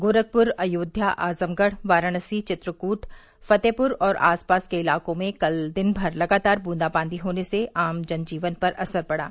गोरखपुर अयोध्या आजमगढ़ वाराणसी चित्रकूट फतेहपुर और आसपास के इलाकों में कल दिन भर लगातार बूंदाबांदी होने से आम जनजीवन पर असर पड़ा